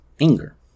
anger